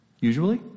Usually